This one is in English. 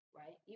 right